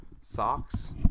Socks